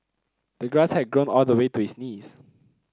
the grass had grown all the way to his knees